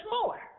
more